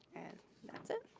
and that's it.